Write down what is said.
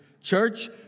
Church